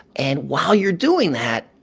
and while you're doing that,